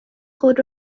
خود